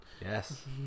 Yes